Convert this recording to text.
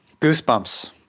goosebumps